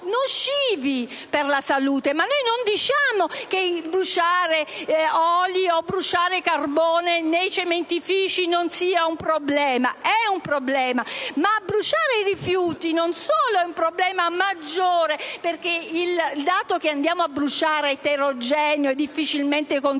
nocivi per la salute. Ma noi non diciamo che bruciare olio o carbone nei cementifici non sia un problema: è un problema. Ma bruciare i rifiuti è un problema maggiore, non solo perché il prodotto che si brucia è eterogeneo e difficilmente controllabile,